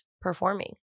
performing